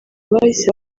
bahise